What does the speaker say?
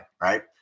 right